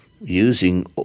using